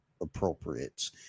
appropriate